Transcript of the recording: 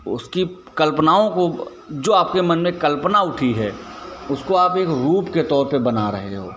उसकी कल्पनाओं को जो आपके मन में कल्पना उठी है उसको आप एक रूप के तौर पे बना रहे हो